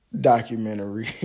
documentary